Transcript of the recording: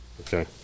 Okay